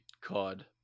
COD